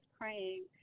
praying